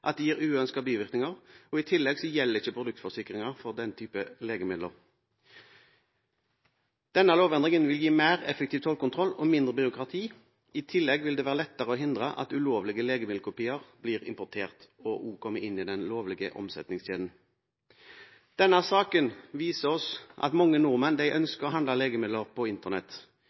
at det gir uønskede bivirkninger, og i tillegg gjelder ikke produktforsikringer for den typen legemidler. Denne lovendringen vil gi mer effektiv tollkontroll og mindre byråkrati, og i tillegg vil det være lettere å hindre at ulovlige legemiddelkopier blir importert og også kommer inn i den lovlige omsetningskjeden. Denne saken viser oss at mange nordmenn ønsker å handle legemidler på Internett.